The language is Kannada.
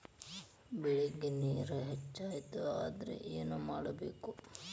ಬೆಳೇಗ್ ನೇರ ಹೆಚ್ಚಾಯ್ತು ಅಂದ್ರೆ ಏನು ಮಾಡಬೇಕು?